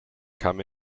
come